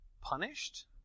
punished